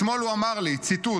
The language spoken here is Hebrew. אתמול הוא אמר לי, ציטוט: